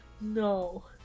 No